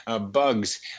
bugs